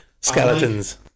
Skeletons